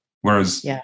whereas